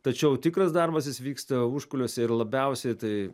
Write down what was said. tačiau tikras darbas jis vyksta užkulisiuose ir labiausiai tai